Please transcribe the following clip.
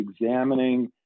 examining